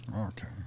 Okay